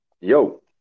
Yo